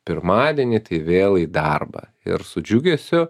pirmadienį tai vėl į darbą ir su džiugesiu